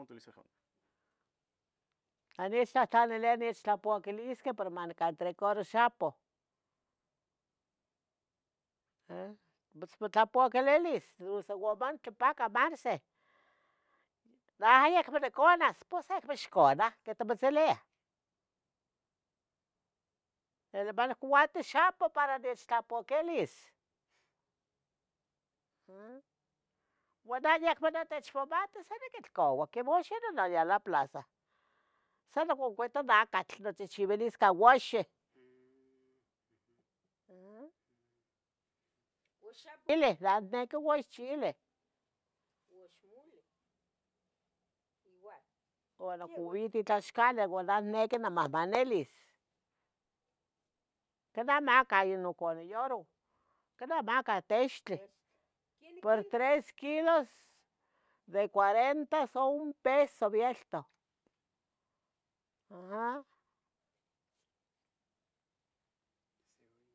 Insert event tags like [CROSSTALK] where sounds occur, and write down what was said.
Tla nechtlahtlaliliah nechtlapuaquilisqueh, pero manicantregaro xapoh eh, mitzmotlapuaquelelis dusa uan muntlapaca Mare, [UNINTELLIGIBLE] quetemotzeleh. Uan nihcuauanti xapuh para nechtlapuquelis, ah Uan ayic monotechmomatis sa niquilcaua quemuh ixquitalala plaza. San oconvito nacatl, mochigchiuilis cauaxinah, necah uan chile. uan occouiti itlaxcali uan neh nequi nimahmanilis. Quinamacah inon conyoron, quinamacah textleh. por tres kilos de cuarenta su un peso vieltoh ahh